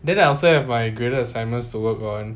then I also have graded assignments to work on